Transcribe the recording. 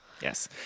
yes